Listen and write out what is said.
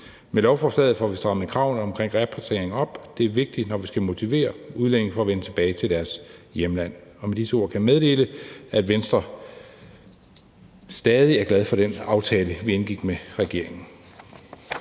Med lovforslaget får vi strammet kravene i forhold til repatriering op, og det er vigtigt, når vi skal motivere udlændinge til at vende tilbage til deres hjemland. Med disse ord kan jeg meddele, at Venstre stadig er glade for den aftale, vi indgik med regeringen.